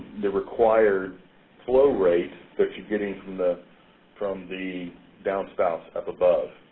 the required flow rate that you're getting from the from the downspouts up above.